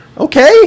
Okay